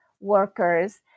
workers